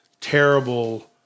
terrible